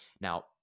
Now